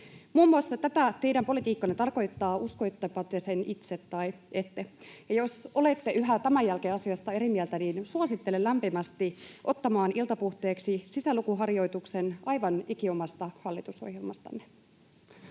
Muun muassa tätä teidän politiikkanne tarkoittaa, uskoittepa te sen itse tai ette. Ja jos olette yhä tämän jälkeen asiasta eri mieltä, niin suosittelen lämpimästi ottamaan iltapuhteeksi sisälukuharjoituksen aivan ikiomasta hallitusohjelmastanne.